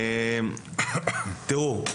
תראו,